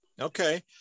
Okay